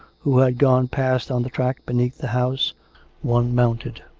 who had gone past on the track beneath the house one mounted,